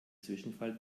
zwischenfall